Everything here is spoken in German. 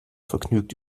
vergnügt